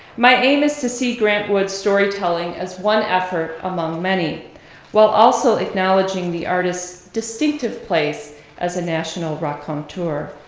my aim is to see grant wood's storytelling as one effort among many while also acknowledging the artist's distinctive place as a national raconteur.